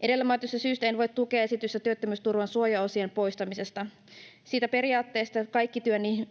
Edellä mainitusta syystä en voi tukea esitystä työttömyysturvan suojaosien poistamisesta. Siitä periaatteesta, että